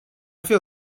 feel